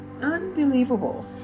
Unbelievable